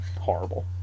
horrible